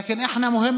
היום היה ארוך,